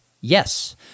yes